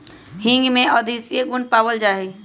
हींग में औषधीय गुण पावल जाहई